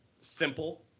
simple